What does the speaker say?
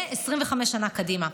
ל-25 שנה קדימה.